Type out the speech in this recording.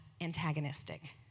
antagonistic